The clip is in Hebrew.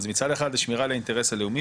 אז מצד אחד זה שמירה על האינטרס הלאומי